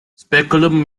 speculum